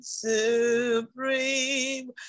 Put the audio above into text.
supreme